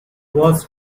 was